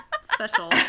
special